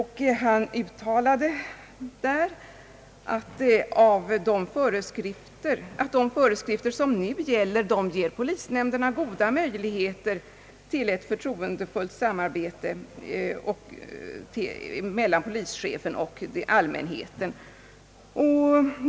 Han uttalade att de föreskrifter som nu gäller ger polisnämnderna goda möjligheter till ett förtroendefullt samarbete mellan polischefen och allmänheten.